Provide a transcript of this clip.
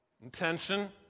Intention